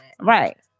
Right